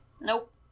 Nope